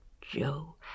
Joe